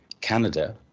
Canada